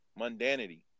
mundanity